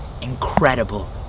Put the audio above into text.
incredible